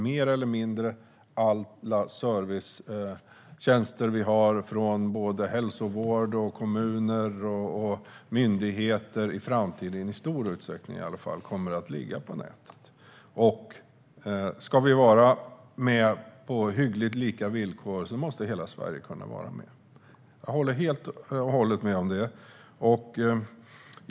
Mer eller mindre alla servicetjänster - från hälsovård till kommuner och myndigheter - kommer i framtiden, åtminstone i stor utsträckning, att ligga på nätet. Om vi ska vara med på hyggligt lika villkor måste hela Sverige kunna vara med. Jag håller helt och hållet med om detta.